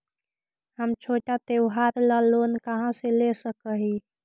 हम छोटा त्योहार ला लोन कहाँ से ले सक ही?